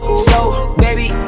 so baby